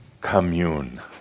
commune